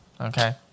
Okay